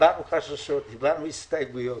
הבענו חששות והסתייגויות.